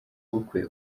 ubukwe